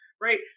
right